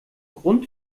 grund